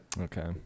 Okay